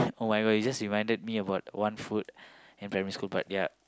[oh]-my-god you just reminded me about one food in primary school but ya